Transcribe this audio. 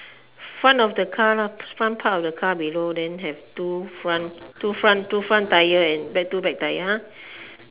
front of the car lah front part of the car below then have two front two front two front tire and back two back tire !huh!